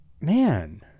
Man